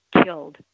killed